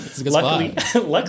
luckily